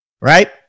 right